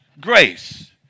grace